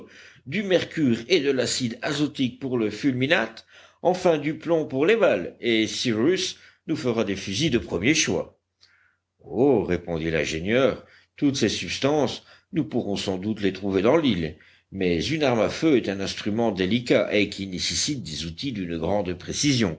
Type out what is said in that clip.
du mercure et de l'acide azotique pour le fulminate enfin du plomb pour les balles et cyrus nous fera des fusils de premier choix oh répondit l'ingénieur toutes ces substances nous pourrons sans doute les trouver dans l'île mais une arme à feu est un instrument délicat et qui nécessite des outils d'une grande précision